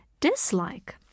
dislike